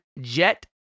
Jet